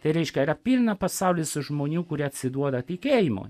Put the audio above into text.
tai reiškia yra pilną pasaulis žmonių kurie atsiduoda tikėjimui